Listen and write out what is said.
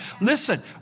Listen